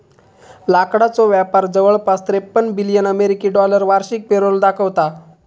लाकडाचो व्यापार जवळपास त्रेपन्न बिलियन अमेरिकी डॉलर वार्षिक पेरोल दाखवता